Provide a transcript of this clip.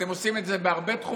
אתם עושים את זה בהרבה תחומים,